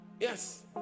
Yes